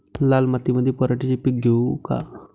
लाल मातीमंदी पराटीचे पीक घेऊ का?